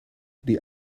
die